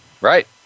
Right